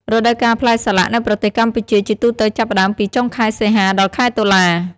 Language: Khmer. រដូវកាលផ្លែសាឡាក់នៅប្រទេសកម្ពុជាជាទូទៅចាប់ផ្ដើមពី ចុងខែសីហា ដល់ខែតុលា ។